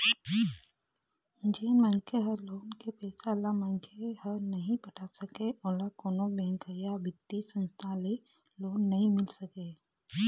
जेन मनखे ह लोन के पइसा ल मनखे ह नइ पटा सकय ओला कोनो बेंक या बित्तीय संस्था ले लोन नइ मिल सकय